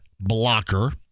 blocker